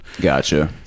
Gotcha